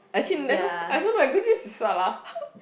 actually there's no I don't know good dreams is what ah